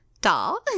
doll